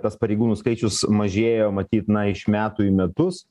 tas pareigūnų skaičius mažėjo matyt na iš metų į metus